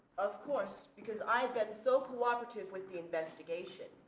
of course, because i've been so cooperative with the investigation,